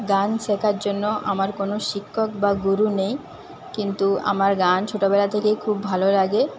গান শেখার জন্য আমার কোনো শিক্ষক বা গুরু নেই কিন্তু আমার গান ছোটবেলা থেকেই খুব ভালো লাগে